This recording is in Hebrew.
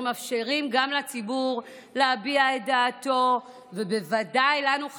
מאפשרים גם לציבור להביע את דעתו וודאי לתת לנו,